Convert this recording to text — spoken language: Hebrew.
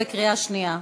בקריאה שנייה.